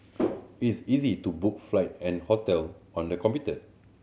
is easy to book flight and hotel on the computer